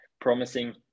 promising